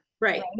right